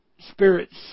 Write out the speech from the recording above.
spirits